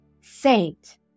Saint